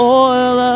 oil